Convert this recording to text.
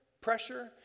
pressure